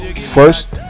first